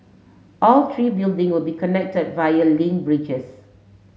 all three building will be connected via link bridges